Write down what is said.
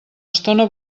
estona